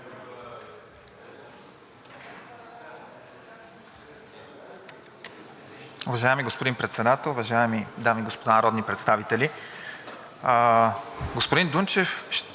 Уважаеми господин Председател, уважаеми дами и господа народни представители! Господин